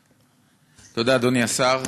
תודה, אדוני השר.